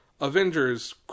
Avengers